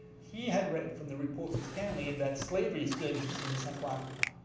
he had read from the reports of stanley that slavery still existed in central africa.